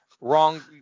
Wrong